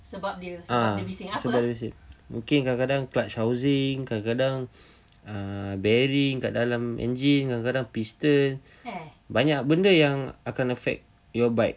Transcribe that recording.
!huh! sebab dia bising mungkin kadang-kadang clutch housing kadang-kadang bearing kat dalam engine kadang-kadang piston banyak benda yang akan effect your bike